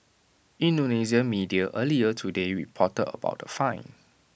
Indonesian media earlier today reported about the fine